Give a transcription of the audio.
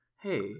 hey